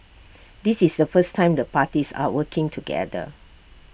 this is the first time the parties are working together